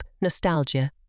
Nostalgia